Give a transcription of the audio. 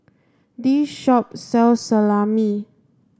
this shop sells Salami